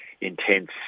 intense